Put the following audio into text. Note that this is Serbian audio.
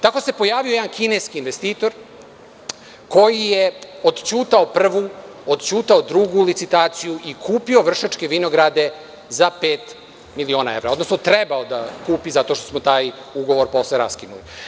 Tako se pojavio jedan kineski investitor koji je odćutao prvu, odćutao drugu licitaciju i kupio Vršačke vinograde za pet miliona evra, odnosno trebao da kupi zato što smo taj ugovor posle raskinuli.